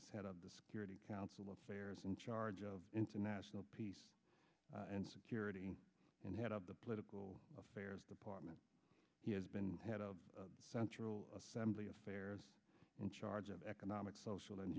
of the security council affairs in charge of international peace and security and head of the political affairs department he has been head of central assembly affairs in charge of economic social and